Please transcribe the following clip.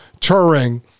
Turing